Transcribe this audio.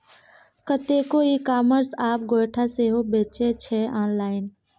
कतेको e commerce आब गोयठा सेहो बेचै छै आँनलाइन